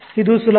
ಇದು ಸುಲಭ